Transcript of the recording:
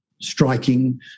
striking